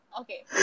Okay